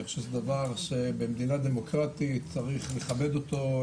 אני חושב שזה דבר שבמדינה דמוקרטית צריך לכבד אותו,